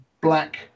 black